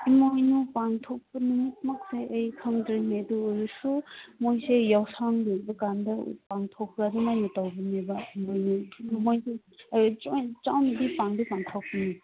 ꯏꯃꯣꯏꯅꯨ ꯄꯥꯡꯊꯣꯛꯄ ꯅꯨꯃꯤꯠꯃꯛꯇꯤ ꯑꯩ ꯈꯪꯗ꯭ꯔꯦꯅꯦ ꯑꯗꯣ ꯑꯣꯏꯔꯁꯨ ꯃꯣꯏꯁꯦ ꯌꯥꯎꯁꯪ ꯂꯣꯏꯕꯀꯥꯟꯗ ꯄꯥꯡꯊꯣꯛꯄ ꯑꯗꯨꯃꯥꯏꯅ ꯇꯧꯕꯅꯦꯕ ꯑꯗꯨꯅꯤ ꯃꯣꯏꯁꯨ ꯆꯥꯎꯅꯗꯤ ꯄꯥꯡꯗꯤ ꯄꯥꯡꯊꯣꯛꯄꯅꯤ